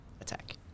attack